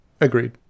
agreed